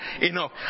enough